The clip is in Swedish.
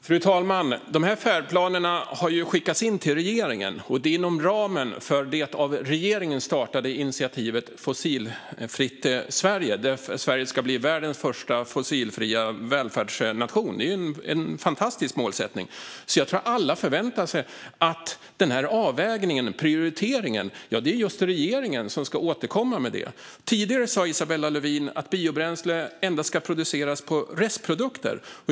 Fru talman! Färdplanerna har ju skickats in till regeringen, och det har skett inom ramen för det av regeringen startade initiativet Fossilfritt Sverige, där Sverige ska bli världens första fossilfria välfärdsnation. Det är en fantastisk målsättning. Därför tror jag att alla förväntar sig att det är just regeringen som ska återkomma när det gäller avvägningen och prioriteringen. Tidigare sa Isabella Lövin att biobränsle endast ska framställas av restprodukter.